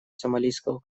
сомалийского